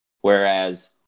whereas